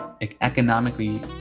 economically